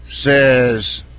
says